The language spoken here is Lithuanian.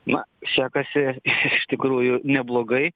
na sekasi iš tikrųjų neblogai